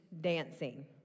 dancing